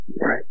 Right